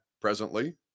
presently